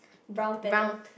brown pattern